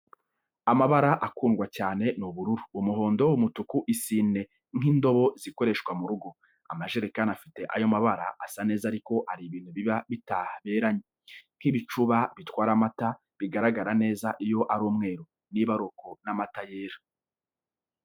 Amabara akundwa cyane ni ubururu, umuhondo, umutuku, isine nk'indobo zikoreshwa mu rugo, amajerekani afite ayo mabara asa neza ariko hari ibintu biba bitaberanye, nk'ibicuba bitwara amata bigaragara neza iyo ari umweru. Niba ari uko n'amata yera!